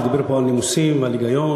שדיבר פה על נימוסים ועל היגיון,